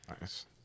Nice